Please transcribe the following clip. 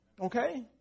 Okay